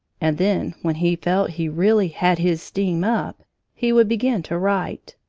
and then when he felt he really had his steam up he would begin to write.